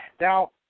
Now